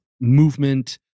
movement